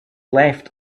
left